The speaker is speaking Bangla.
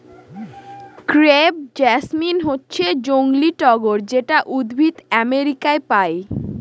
ক্রেপ জেসমিন হচ্ছে জংলী টগর যেটা উদ্ভিদ আমেরিকায় পায়